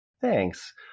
Thanks